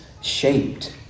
shaped